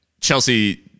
Chelsea